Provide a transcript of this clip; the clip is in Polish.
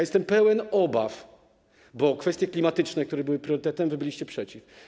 Jestem pełen obaw, bo w kwestiach klimatycznych, które były priorytetem, wy byliście przeciw.